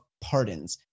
pardons